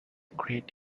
great